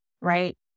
right